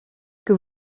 que